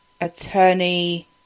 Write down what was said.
attorney